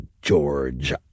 george